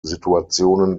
situationen